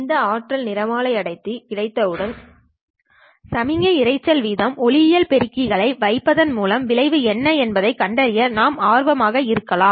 இந்த ஆற்றல் நிறமாலை அடர்த்தி கிடைத்தவுடன் சமிக்ஞை இரைச்சல் விகிதம் ஒளியியல் பெருக்கிககளை வைப்பதன் மூலம் விளைவு என்ன என்பதைக் கண்டறிய நாம் ஆர்வமாக இருக்கலாம்